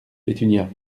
pétunia